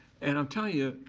and i'm telling ya,